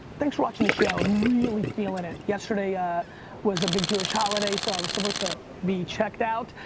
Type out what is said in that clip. thanks for watching the show. really feelin' it. yesterday ah was a big jewish holiday, so i was supposed to be checked out,